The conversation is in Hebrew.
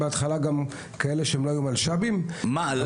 בהתחלה קלטנו גם כאלו שלא היו מלש"בים.